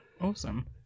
awesome